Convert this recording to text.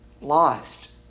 lost